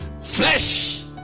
flesh